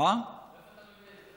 מאיפה אתה מביא את זה?